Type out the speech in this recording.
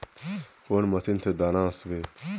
कौन मशीन से दाना ओसबे?